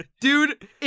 Dude